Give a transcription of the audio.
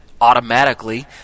automatically